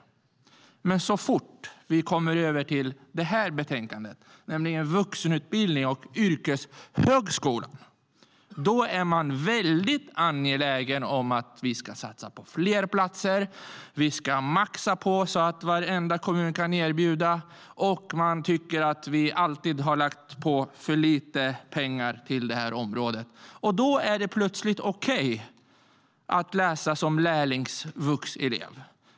Så fort vi kommer över till betänkandet om vuxenutbildning och yrkeshögskola är man dock väldigt angelägen om att vi ska satsa på fler platser. Vi ska maxa så att varenda kommun kan erbjuda detta, och man tycker att vi alltid har lagt för lite pengar på det här området. Då är det plötsligt okej att läsa som lärlingsvuxelev.